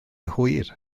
hwyr